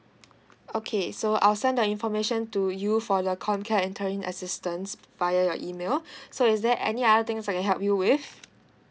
okay so I'll send the information to you for the com care interim assistance via your email so is there any other things I can help you with